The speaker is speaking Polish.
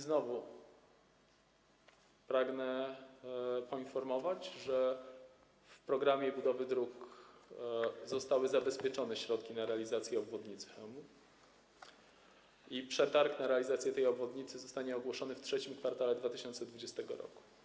Znowu pragnę poinformować, że w programie budowy dróg zostały zabezpieczone środki na realizację obwodnicy Chełma i przetarg na realizację tej obwodnicy zostanie ogłoszony w III kwartale 2020 r.